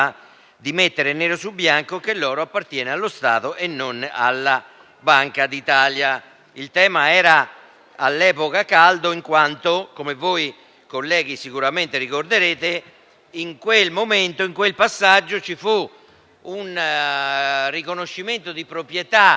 di mettere nero su bianco che l'oro appartiene allo Stato e non alla Banca d'Italia. Il tema era all'epoca caldo, in quanto, come voi, colleghi, sicuramente ricorderete, in quel passaggio ci fu un riconoscimento di proprietà